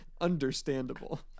Understandable